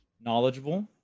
knowledgeable